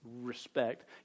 respect